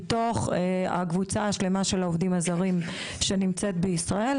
מתוך הקבוצה השלמה של העובדים הזרים שנמצאת בישראל.